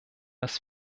das